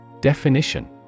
Definition